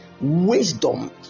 wisdom